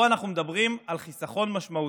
פה אנחנו מדברים על חיסכון משמעותי,